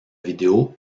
vidéo